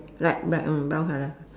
light br~(mm) brown colour